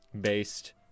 Based